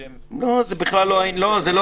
לא, זה בכלל לא העניין.